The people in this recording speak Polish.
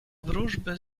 wróżby